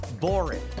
boring